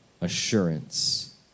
assurance